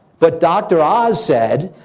but dr. oz said.